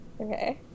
Okay